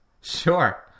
Sure